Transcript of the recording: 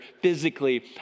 physically